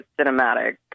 cinematic